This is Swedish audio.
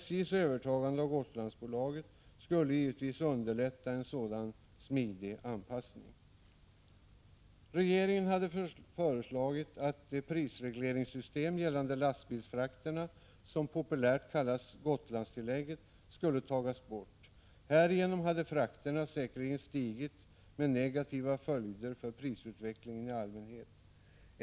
SJ:s övertagande av Gotlandsbolaget skulle givetvis underlätta en sådan smidig anpassning. Regeringen hade föreslagit att de prisregleringssystem gällande lastbilsfrakterna som populärt kallas Gotlandstillägget skulle tas bort. Härigenom hade frakterna säkerligen stigit, med negativa följder för prisutvecklingen i allmänhet som konsekvens.